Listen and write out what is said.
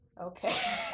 Okay